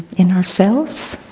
in ourselves,